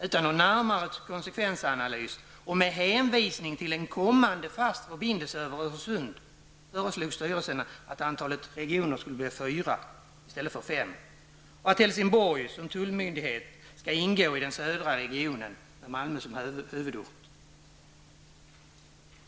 Utan någon närmare konsekvensanalys, och med hänvisnng till en kommande fast förbindelse över Öresund, föreslog styrelsen att antalet regioner skulle bli fyra i stället för fem och att Helsingborg som tullmyndighet skall ingå i den södra regionen med Malmö som huvudort.